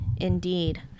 Indeed